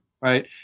right